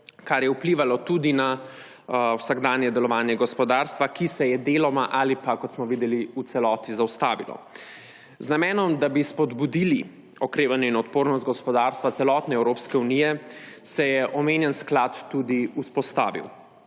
kar je vplivalo tudi na vsakdanje delovanje gospodarstva, ki se je deloma ali pa, kot smo videli, v celoti zaustavilo. Z namenom, da bi spodbudili okrevanje in odpornost gospodarstva celotne Evropske unije, se je omenjen sklad tudi vzpostavil.